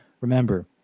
remember